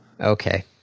Okay